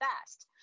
fast